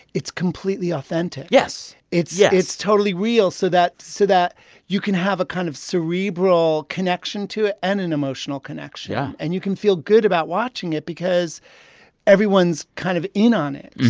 it's completely authentic yes. yes yeah it's totally real so that so that you can have a kind of cerebral connection to it and an emotional connection yeah and you can feel good about watching it because everyone's kind of in on it